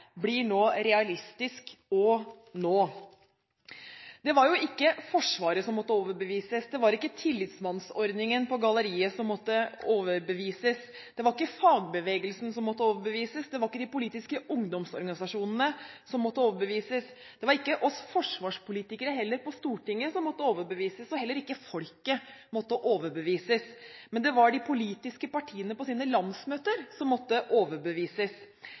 blir det nå realistisk å nå. Det var ikke Forsvaret som måtte overbevises, det var ikke tillitsmannsordningen på galleriet som måtte overbevises, det var ikke fagbevegelsen som måtte overbevises, det var ikke de politiske ungdomsorganisasjonene som måtte overbevises, det var heller ikke oss forsvarspolitikere på Stortinget som måtte overbevises og heller ikke folket måtte overbevises. Det var de politiske partiene på sine landsmøter som måtte overbevises.